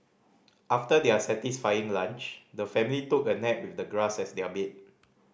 after their satisfying lunch the family took a nap with the grass as their bed